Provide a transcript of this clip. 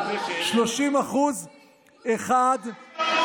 אתה יודע,